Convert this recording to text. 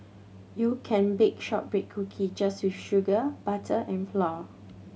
you can bake shortbread cookie just with sugar butter and flour